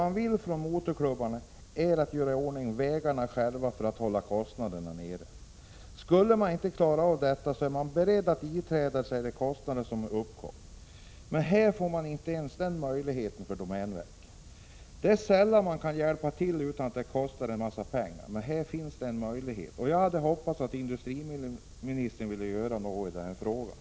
Vad motorklubbarna vill är att göra i ordning vägarna själva för att hålla kostnaderna nere. Skulle de inte klara av det, är de beredda att ikläda sig de kostnader som uppkommer, men domänverket låter dem inte ens få den möjligheten. Det är sällan man kan hjälpa till utan att det kostar en massa pengar, men här borde det finnas en möjlighet. Jag hade hoppats att industriministern skulle vilja göra något i den här frågan.